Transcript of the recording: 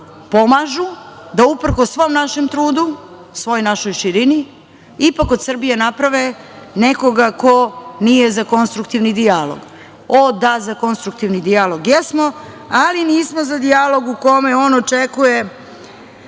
pomažu da uprkos svom našem trudu, svoj našoj širini, ipak od Srbije naprave nekoga ko nije za konstruktivni dijalog. O, da, za konstruktivni dijalog jesmo, ali nismo za dijalog u kome on očekuje